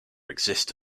exist